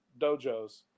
dojos